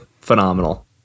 phenomenal